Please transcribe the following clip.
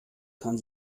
kann